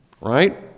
Right